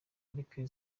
ariko